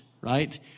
right